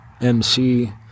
mc